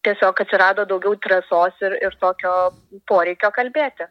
tiesiog atsirado daugiau drąsos ir ir tokio poreikio kalbėti